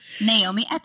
Naomi